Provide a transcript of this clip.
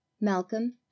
Malcolm